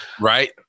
Right